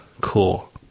cool